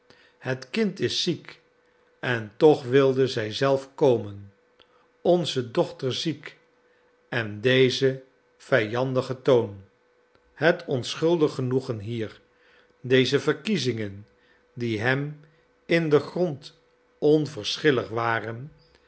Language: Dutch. het kind is ziek en toch wilde zij zelf komen onze dochter ziek en deze vijandige toon het onschuldig genoegen hier deze verkiezingen die hem in den grond onverschillig waren